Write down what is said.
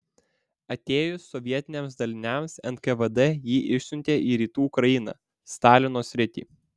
atėjus sovietiniams daliniams nkvd jį išsiuntė į rytų ukrainą stalino sritį